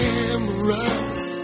Cameras